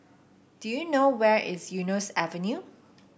do you know where is Eunos Avenue